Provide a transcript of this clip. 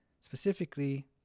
specifically